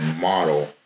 model